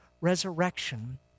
resurrection